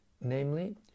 namely